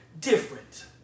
different